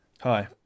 Hi